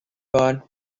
barn